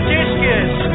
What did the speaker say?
Discus